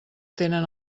tenen